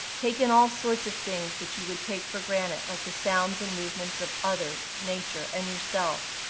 take in all sorts of things that you would take for granted, like the sounds and movements of others, nature, and yourself.